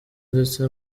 ndetse